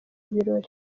ibirori